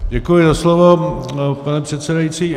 Děkuji za slovo, pane předsedající.